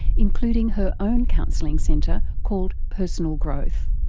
including her own counselling centre called personal growth.